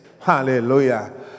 Hallelujah